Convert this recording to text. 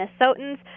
Minnesotans